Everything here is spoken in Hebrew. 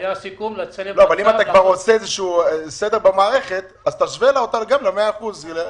אם אתה עושה סדר במערכת, אז תשווה ל-100 אחוזים.